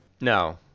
No